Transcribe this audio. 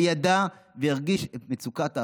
הוא ידע והרגיש את מצוקת האחר,